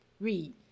Read